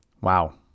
Wow